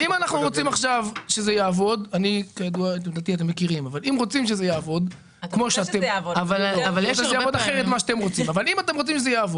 אם אנחנו רוצים שזה יעבוד אתם מכירים את עמדתי אז תנו לזה לעבוד.